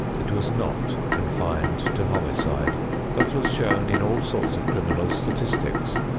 it was not confined to homicide but was shown in all sorts of criminal statistics,